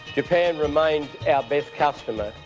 japan remains our best customer,